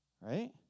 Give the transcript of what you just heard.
Right